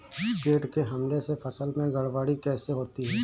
कीट के हमले से फसल में गड़बड़ी कैसे होती है?